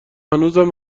هنوزم